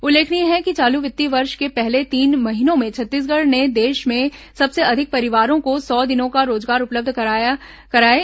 उल्लेखनीय है कि चालू वित्तीय वर्ष के पहले तीन महीनों में छत्तीसगढ़ ने देश में सबसे अधिक परिवारों को सौ दिनों का रोजगार उपलब्ध कराया है